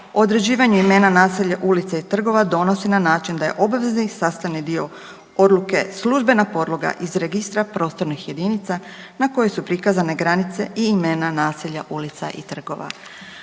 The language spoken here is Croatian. određivanja imena naselja, ulica i trgova donosi na način da je obavezni sastavni dio odluke službena podloga iz Registra prostornih jedinica na koji su prikazane granice i imena naselja, ulica i trgova.